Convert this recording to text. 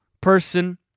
person